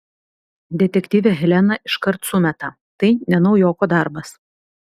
detektyvė helena iškart sumeta tai ne naujoko darbas